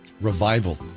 Revival